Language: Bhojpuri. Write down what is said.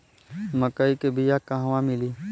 मक्कई के बिया क़हवा मिली?